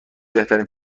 بهترین